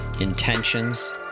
intentions